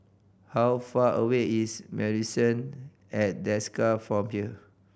how far away is Marrison at Desker from here